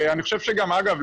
אגב,